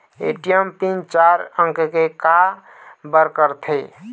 ATM PIN चार अंक के का बर करथे?